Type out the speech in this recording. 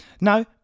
Now